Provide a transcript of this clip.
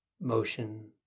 motion